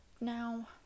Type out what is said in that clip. Now